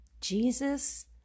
Jesus